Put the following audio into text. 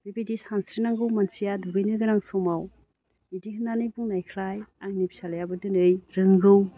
बिबायदि सानस्रिनांगौ मानसिया दुगैनो गोनां समाव बिदि होननानै बुंनायनिफ्राय आंनि फिसाज्लायाबो दिनै रोंगौ